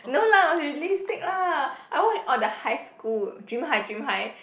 no lah must be realistic lah I watch orh the high school Dream High Dream High